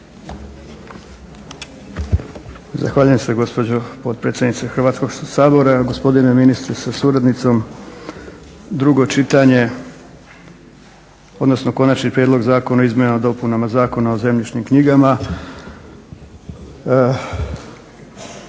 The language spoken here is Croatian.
Zahvaljujem se gospođo potpredsjednice Hrvatskog sabora. Gospodine ministre sa suradnicom. Drugo čitanje odnosno Konačni prijedlog zakona o izmjenama i dopunama Zakona o zemljišnim knjigama